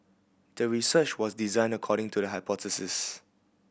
the research was designed according to the hypothesis